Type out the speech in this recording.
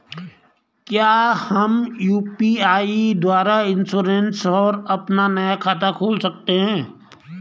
क्या हम यु.पी.आई द्वारा इन्श्योरेंस और अपना नया खाता खोल सकते हैं?